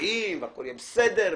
מרגיעים והכול יהיה בסדר.